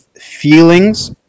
feelings